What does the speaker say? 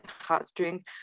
heartstrings